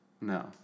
No